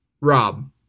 Rob